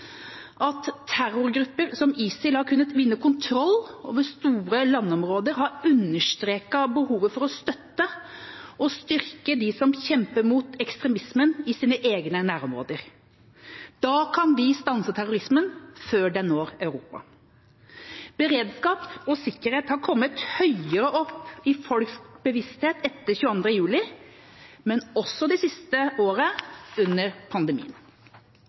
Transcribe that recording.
At terrorgrupper som ISIL har kunnet vinne kontroll over store landområder, har understreket behovet for å støtte og styrke de som kjemper mot ekstremismen i sine egne nærområder. Da kan vi stanse terrorismen før den når Europa. Beredskap og sikkerhet har kommet høyere opp i folks bevissthet etter 22. juli, men også det siste året under pandemien.